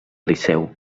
liceu